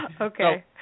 Okay